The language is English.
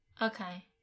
okay